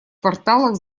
кварталах